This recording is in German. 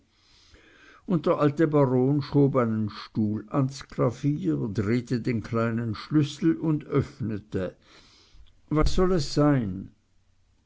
der alte baron schob einen stuhl ans klavier drehte den kleinen schlüssel und öffnete was soll es sein